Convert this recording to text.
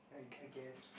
I I guess